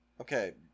Okay